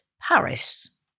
Paris